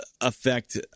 affect